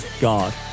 God